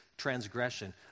transgression